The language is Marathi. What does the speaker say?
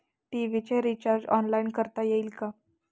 टी.व्ही चे रिर्चाज ऑनलाइन करता येईल का?